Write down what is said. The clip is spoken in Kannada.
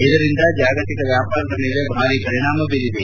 ಇದರಿಂದ ಜಾಗತಿಕ ವ್ಯಾಪಾರದ ಮೇಲೆ ಭಾರಿ ಪರಿಣಾಮ ಬೀರಿದೆ